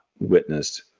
witnessed